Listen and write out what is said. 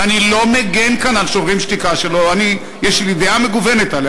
ואני לא מגן כאן על "שוברים שתיקה"; יש לי דעה מגוונת עליה,